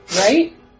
Right